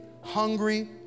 hungry